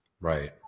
Right